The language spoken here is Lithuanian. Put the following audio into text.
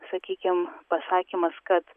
sakykim pasakymas kad